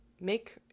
make